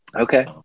Okay